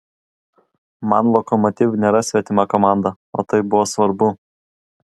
man lokomotiv nėra svetima komanda o tai buvo svarbu